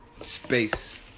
space